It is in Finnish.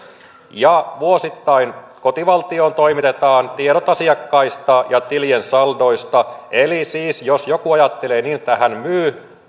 sekä vuosittain toimittaa kotivaltioon tiedot asiakkaista ja tilien saldoista eli siis jos joku ajattelee niin että hän myy